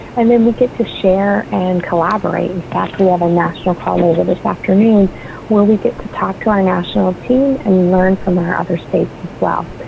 i mean, we get to share and collaborate. in and fact, we we have a national college of this afternoon when we get to talk to our national team and learn from her other states as well.